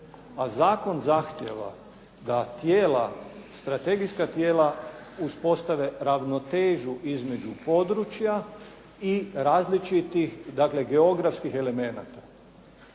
a zakon zahtijeva da tijela, strategijska tijela uspostave ravnotežu između područja i različitih dakle geografskih elemenata.